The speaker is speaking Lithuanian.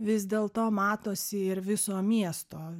vis dėlto matosi ir viso miesto